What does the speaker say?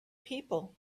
people